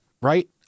Right